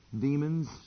Demons